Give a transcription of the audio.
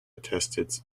attested